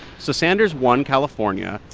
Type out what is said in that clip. so sanders won california.